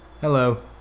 Hello